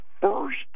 first